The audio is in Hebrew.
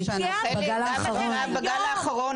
גם בגל האחרון.